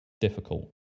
difficult